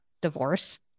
divorce